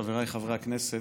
חבריי חברי הכנסת,